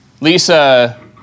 Lisa